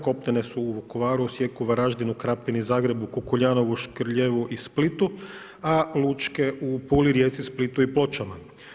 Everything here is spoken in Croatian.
Kopnene su u Vukovaru, Osijeku, Varaždinu, Krapini, Zagrebu, Kukuljanovu, Škrljevu i Splitu, a lučke u Puli, Rijeci, Splitu i Pločama.